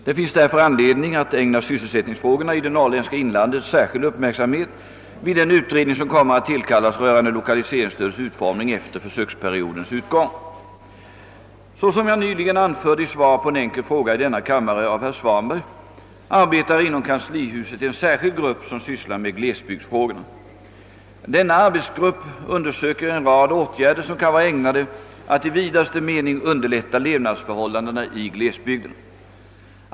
Det finns därför anledning att ägna sysselsättningsfrågorna i det norrländska inlandet särskild uppmärksamhet vid den utredning som kommer att tillkallas rörande lokaliseringsstödets utformning efter försöksperiodens utgång. Såsom jag nyligen anförde i svar på en enkel fråga i denna kammare av herr Svanberg arbetar inom kanslihuset en särskild grupp som sysslar med glesbygdsfrågorna. Denna arbetsgrupp undersöker en rad åtgärder som kan vara ägnade att i vidaste mening underlätta levnadsförhållandena i glesbygderna.